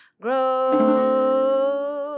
grow